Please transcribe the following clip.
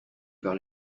par